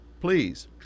Please